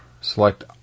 select